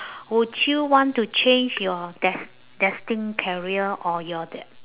would you want to change your des~ destined career or your that